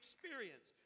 experience